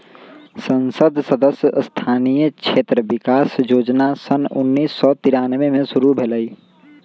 संसद सदस्य स्थानीय क्षेत्र विकास जोजना सन उन्नीस सौ तिरानमें में शुरु भेलई